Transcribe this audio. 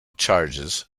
charges